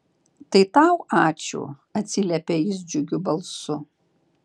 tai tau ačiū atsiliepia jis džiugiu balsu